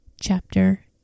chapter